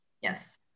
Yes